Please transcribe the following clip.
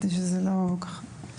כדי שזה לא יפגע